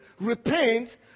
repent